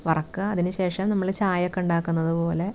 വറുക്കുക അതിന് ശേഷം നമ്മള് ചായ ഒക്കെ ഉണ്ടാക്കുന്നതുപോലെ